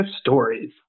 Stories